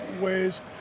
ways